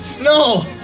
No